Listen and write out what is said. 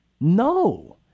No